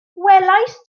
welaist